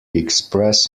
express